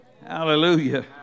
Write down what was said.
Hallelujah